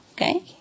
okay